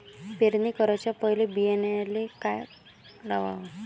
पेरणी कराच्या पयले बियान्याले का लावाव?